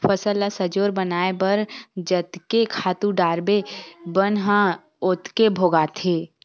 फसल ल सजोर बनाए बर जतके खातू डारबे बन ह ओतके भोगाथे